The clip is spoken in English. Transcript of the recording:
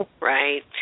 right